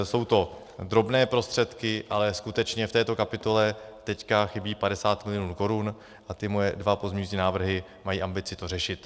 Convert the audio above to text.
Jsou to drobné prostředky, ale skutečně v této kapitole teď chybí 50 mil. korun a ty moje dva pozměňovací návrhy mají ambici to řešit.